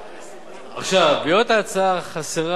בהיות ההצעה חסרה לגבי שלב הרכישה,